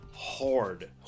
Hard